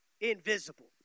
invisible